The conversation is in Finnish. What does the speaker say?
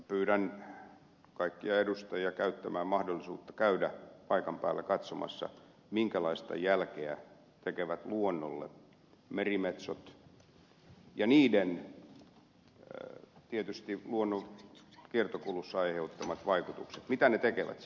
pyydän kaikkia edustajia käyttämään mahdollisuutta käydä paikan päällä katsomassa minkälaista jälkeä tekevät luonnolle merimetsot ja niiden tietysti luonnon kiertokulussa aiheuttamat vaikutukset mitä ne tekevät siellä